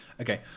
Okay